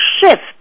shift